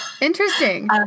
Interesting